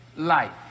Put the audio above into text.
life